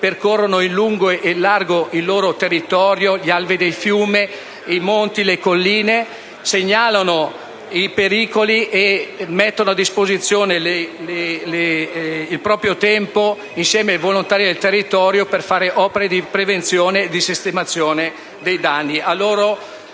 percorrono in lungo e in largo il loro territorio, gli alvei dei fiumi, i monti e le colline, segnalando i pericoli e mettendo a disposizione il proprio tempo, insieme ai volontari del territorio, per fare opere di prevenzione e sistemazione dei danni;